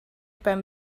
beim